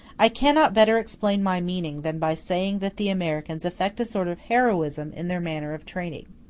i cannot better explain my meaning than by saying that the americans affect a sort of heroism in their manner of trading.